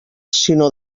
sinó